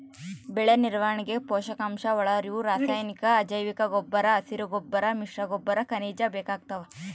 ಬೆಳೆನಿರ್ವಹಣೆಗೆ ಪೋಷಕಾಂಶಒಳಹರಿವು ರಾಸಾಯನಿಕ ಅಜೈವಿಕಗೊಬ್ಬರ ಹಸಿರುಗೊಬ್ಬರ ಮಿಶ್ರಗೊಬ್ಬರ ಖನಿಜ ಬೇಕಾಗ್ತಾವ